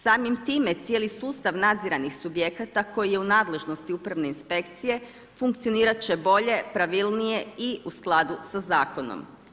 Samim time cijeli sustav nadziranih subjekata koji je u nadležnosti Upravne inspekcije funkcionirat će bolje, pravilnije i u skladu sa zakonom.